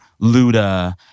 Luda